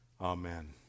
Amen